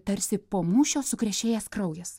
tarsi po mūšio sukrešėjęs kraujas